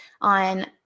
on